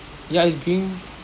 ya it's green